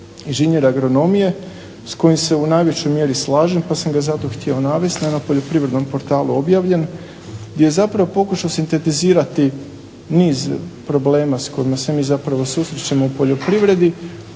inženjer agronomije s kojom se u najvećoj mjeri slažem pa sam ga zato htio navesti na jednom poljoprivrednom portalu objavljen gdje je pokušao sintetizirati niz problema s kojima se mi zapravo susrećemo u poljoprivredi.